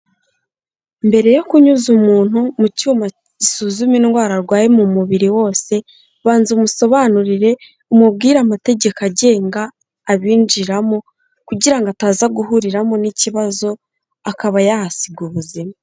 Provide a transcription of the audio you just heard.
Mbere yo kunyuza umuntu mu cyuma gisuzuma indwara arwaye mu mubiri wose, banza umusobanurire umubwire amategeko agenga abinjiramo kugira ngo ataza guhuriramo n'ikibazo akaba yahasiga ubuzima.